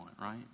right